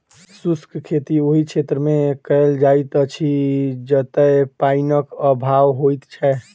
शुष्क खेती ओहि क्षेत्रमे कयल जाइत अछि जतय पाइनक अभाव होइत छै